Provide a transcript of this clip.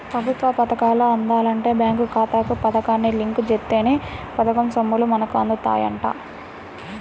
ప్రభుత్వ పథకాలు అందాలంటే బేంకు ఖాతాకు పథకాన్ని లింకు జేత్తేనే పథకం సొమ్ములు మనకు అందుతాయంట